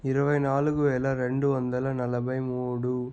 ఇరవై నాలుగు వేల రెండు వందల నలభై మూడు